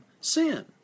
sin